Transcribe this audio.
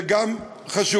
זה גם חשוב,